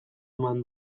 eman